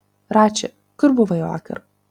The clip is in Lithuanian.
rači kur buvai vakar